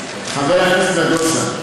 חבר הכנסת נגוסה,